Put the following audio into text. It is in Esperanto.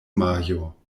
majo